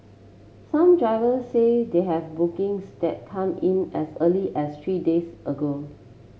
some driver say they have bookings that came in as early as three days ago